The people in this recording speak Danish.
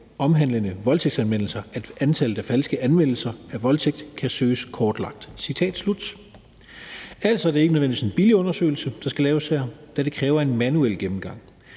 omhandlende voldtægtsanmeldelser, at antallet af falsk anmeldelse af voldtægt kan søges kortlagt.« Citat slut. Altså, det er ikke nødvendigvis en billig undersøgelse, der skal laves her, da det kræver en manuel gennemgang.